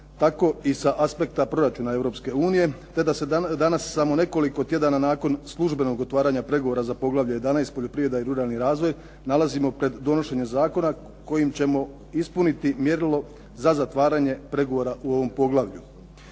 tako i sa aspekta proračuna Europske unije te da se danas samo nekoliko tjedana nakon službenog otvaranja pregovora za poglavlje 11 – Poljoprivreda i ruralni razvoj nalazimo pred donošenjem zakona kojim ćemo ispuniti mjerilo za zatvaranje pregovora u ovom poglavlju.